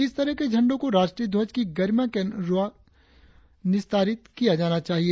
इस तरह के झंडों को राष्ट्र ध्वज की गरिमा के अनुरुप निस्तारित किया जाना चाहिए